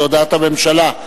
זו הודעת הממשלה.